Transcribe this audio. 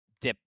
dip